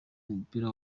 umupira